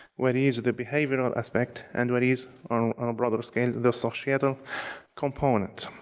where is the behavioral aspect? and where is, on on a broader scale, the societal component?